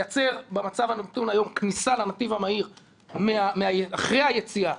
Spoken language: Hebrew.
לייצר במצב הנתון היום כניסה לנתיב המהיר אחרי היציאה,